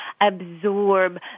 absorb